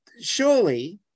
surely